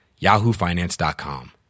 yahoofinance.com